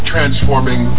Transforming